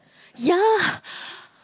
yea